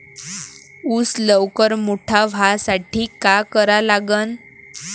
ऊस लवकर मोठा व्हासाठी का करा लागन?